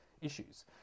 issues